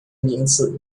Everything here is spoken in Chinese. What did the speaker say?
名字